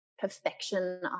Perfection